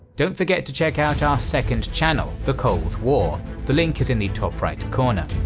don't forget to check out our second channel the cold war the link is in the top right corner.